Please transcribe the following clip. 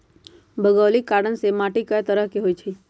भोगोलिक कारण से माटी कए तरह के होई छई